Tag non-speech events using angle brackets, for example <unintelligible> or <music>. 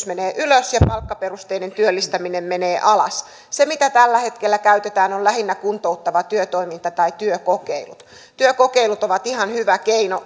<unintelligible> menee ylös ja palkkaperusteinen työllistäminen menee alas se mitä tällä hetkellä käytetään on lähinnä kuntouttava työtoiminta tai työkokeilut työkokeilut ovat ihan hyvä keino <unintelligible>